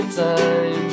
time